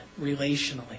relationally